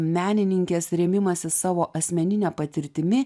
menininkės rėmimasis savo asmenine patirtimi